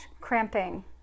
cramping